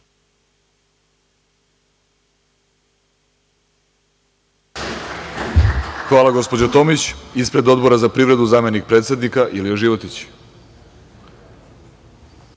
Hvala, gospođo Tomić. Ispred Odbora za privredu, zamenik predsednika, Ilija Životić.